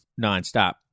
nonstop